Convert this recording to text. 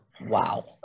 Wow